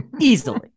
Easily